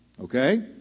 Okay